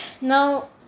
Now